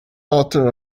author